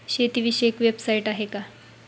शेतीविषयक वेबसाइट आहे का?